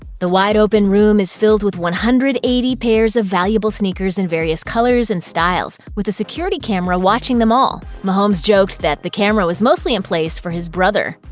the wide-open room is filled with one hundred and eighty pairs of valuable sneakers in various colors and styles, with a security camera watching them all. mahomes joked that the camera was mostly in place for his brother.